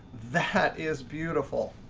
that is beautiful.